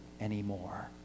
anymore